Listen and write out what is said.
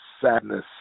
sadness